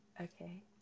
Okay